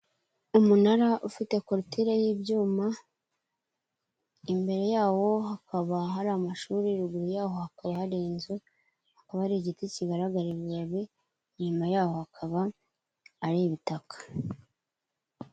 Umunara ufite korotire y'ibyuma, imbere yawo hakaba hari amashuri, ruguru yaho hakaba hari inzu, hakaba hari igiti kigaragara ibibabi, inyuma yaho hakaba ari ibitaka.